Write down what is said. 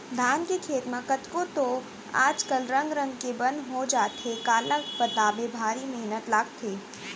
धान के खेत म कतको तो आज कल रंग रंग के बन हो जाथे काला बताबे भारी मेहनत लागथे